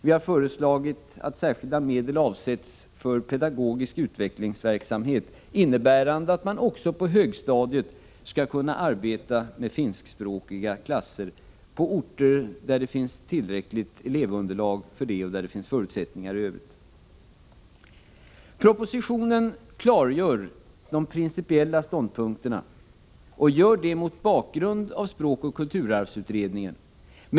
Vi föreslår att särskilda medel avsätts till pedagogisk utvecklingsverksamhet, innebärande att man också på högstadiet skall kunna arbeta med finskspråkiga klasser på orter där det finns tillräckligt elevunderlag och förutsättningar i övrigt. I propositionen klargörs de principiella ståndpunkterna mot bakgrund av språkoch kulturarvsutredningen.